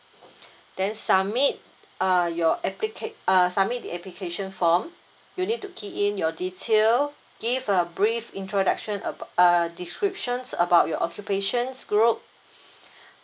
then submit uh your applica~ uh submit the application form you need to key in your detail give a brief introduction abo~ a descriptions about your occupation's group